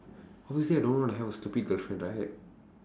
obviously I don't want a hella stupid girlfriend right